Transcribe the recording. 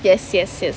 yes yes yes